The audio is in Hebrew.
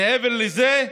מעבר לזה,